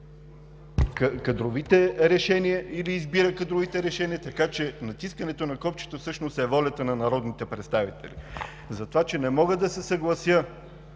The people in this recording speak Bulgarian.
кадровите решения или избира кадровите решения, така че натискането на копчето всъщност е волята на народните представители. Не мога да се съглася,